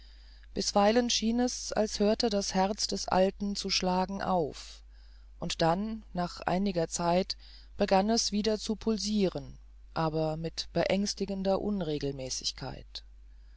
bisweilen schien es als hörte das herz des alten zu schlagen auf und dann nach einiger zeit begann es wieder zu pulsiren aber mit beängstigender unregelmäßigkeit